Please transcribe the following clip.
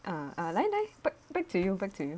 uh 来来 b~ back to you back to you